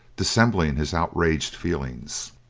dissembling his outraged feelings,